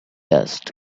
dust